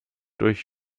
durch